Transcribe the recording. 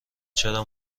چرا